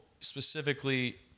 specifically